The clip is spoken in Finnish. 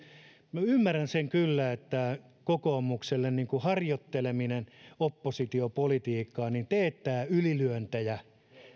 minä ymmärrän sen kyllä että kokoomukselle harjoitteleminen oppositiopolitiikkaan teettää ylilyöntejä